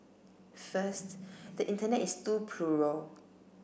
first the Internet is too plural